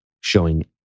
showing